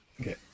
Okay